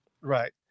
Right